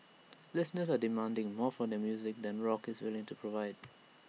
listeners are demanding more from their music than rock is willing to provide